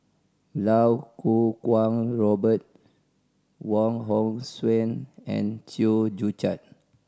Lau Kuo Kwong Robert Wong Hong Suen and Chew Joo Chiat